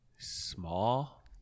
Small